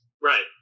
Right